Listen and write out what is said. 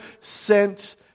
sent